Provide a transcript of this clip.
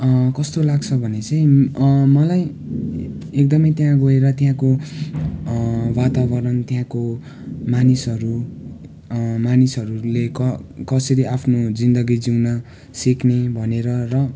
कस्तो लाग्छ भने चाहिँ मलाई एकदमै त्यहाँ गएर त्यहाँको वातावरण त्यहाँको मानिसहरू मानिसहरूले क कसरी आफ्नो जिन्दगी जिउन सिक्ने भनेर र